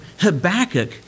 Habakkuk